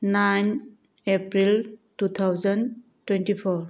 nine April two thousand twenty four